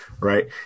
right